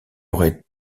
aurait